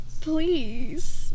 please